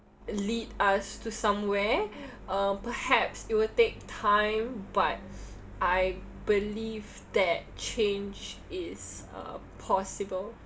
lead us to somewhere uh perhaps it will take time but I believe that change is uh possible